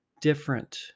different